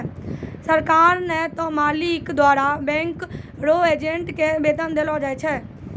सरकार नै त मालिक द्वारा बैंक रो एजेंट के वेतन देलो जाय छै